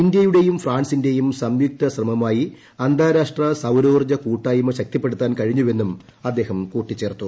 ഇന്ത്യയുടെയും ഫ്രാൻസിന്റെയും സംയുക്ത ശ്രമമായി അന്താരാഷ്ട്ര സൌരോർജ്ജ കൂട്ടായ്മ ശക്തിപ്പെടുത്താൻ കഴിഞ്ഞുവെന്നും അദ്ദേഹം കൂട്ടിച്ചേർത്തു